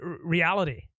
reality